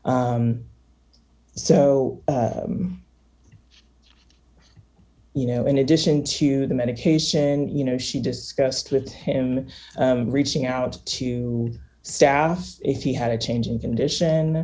so you know in addition to the medication you know she discussed with him reaching out to staff if he had a change in condition